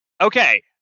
Okay